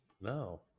No